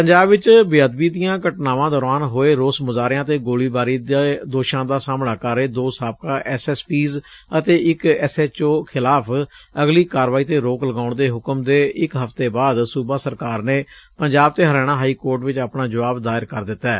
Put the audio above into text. ਪੰਜਾਬ ਵਿਚ ਬੇਅਦਬੀ ਦੀਆਂ ਘਟਨਾਵਾਂ ਦੌਰਾਨ ਹੋਏ ਰੋਸ ਮੁਜ਼ਾਹਰਿਆਂ ਅਤੇ ਗੋਲੀਬਾਰੀ ਦੇ ਦੋਸ਼ਾਂ ਦਾ ਸਾਹਮਣਾ ਕਰ ਰਹੇ ਦੋ ਸਾਬਕਾ ਐਸ ਐਸ ਪੀਜ਼ ਅਤੇ ਇਕ ਐਸ ਐਚ ਓ ਖਿਲਾਫ਼ ਅਗਲੀ ਕਾਰਵਾਈ ਤੇ ਰੋਕ ਲਗਾਉਣ ਦੇ ਹੁਕਮ ਦੇ ਇਕ ਹਫ਼ਤੇ ਬਾਅਦ ਸੁਬਾ ਸਰਕਾਰ ਨੇ ਪੰਜਾਬ ਤੇ ਹਰਿਆਣਾ ਹਾਈ ਕੋਰਟ ਵਿਚ ਆਪਣਾ ਜੁਆਬ ਦਾਇਰ ਕਰ ਦਿੱਤੈ